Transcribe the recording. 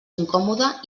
incòmode